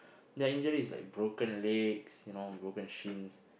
their injuries are like broken legs you know broken shins